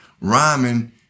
rhyming